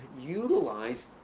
utilize